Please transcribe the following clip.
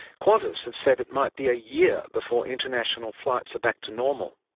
qantas has said it might be a year before international flights are back to normal.